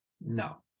No